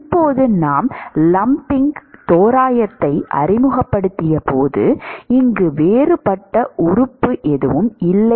இப்போது நாம் லம்ப்பிங் தோராயத்தை அறிமுகப்படுத்தியபோது இங்கு வேறுபட்ட உறுப்பு எதுவும் இல்லை